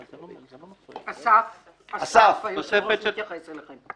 אסף, אסף, היושב-ראש מתייחס אליכם.